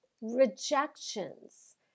rejections